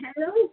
hello